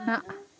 نہَ